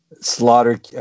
Slaughter